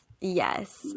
Yes